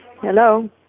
hello